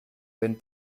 wenn